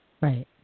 Right